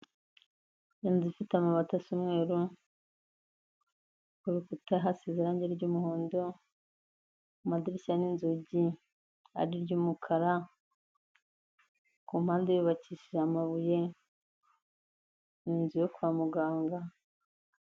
Inzu ifite amabati asa umweru, ku rukuta hasize irangi ry'umuhondo, amadirishya n'inzugi ari iry'umukara, ku mpande yubakishije amabuye, ni inzu yo kwa muganga.